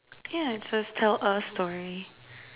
yeah just tell a story